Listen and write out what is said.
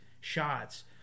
shots